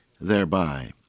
thereby